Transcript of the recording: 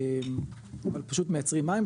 אבל פשוט מייצרים מים,